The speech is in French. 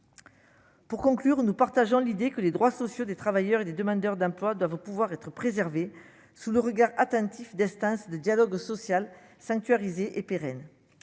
Pour conclure, nous partageons l'idée que les droits sociaux des travailleurs et des demandeurs d'emploi doivent au pouvoir être préservé, sous le regard attentif destin de dialogue social sanctuariser et pérenne,